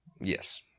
Yes